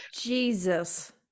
Jesus